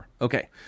Okay